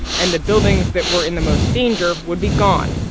and the buildings that were in the most danger would be gone,